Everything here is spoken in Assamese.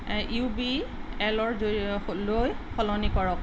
ইউ বি এলৰ লৈ সলনি কৰক